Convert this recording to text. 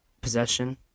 possession